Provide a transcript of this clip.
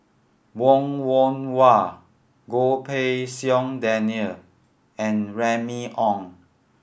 Wong Yoon Wah Goh Pei Siong Daniel and Remy Ong